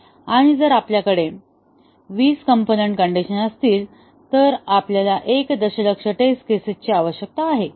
आणि जर आपल्या कडे 20 कॉम्पोनन्ट कण्डिशन असतील तर आपल्याला एक दशलक्ष टेस्ट केसेसची आवश्यकता आहे